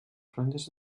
franges